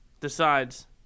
decides